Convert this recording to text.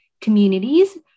communities